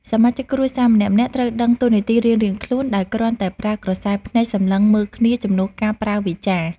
សមាជិកគ្រួសារម្នាក់ៗត្រូវដឹងតួនាទីរៀងៗខ្លួនដោយគ្រាន់តែប្រើក្រសែភ្នែកសម្លឹងមើលគ្នាជំនួសការប្រើវាចា។